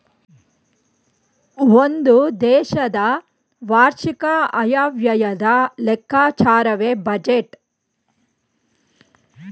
ಒಂದು ದೇಶದ ವಾರ್ಷಿಕ ಆಯವ್ಯಯದ ಲೆಕ್ಕಾಚಾರವೇ ಬಜೆಟ್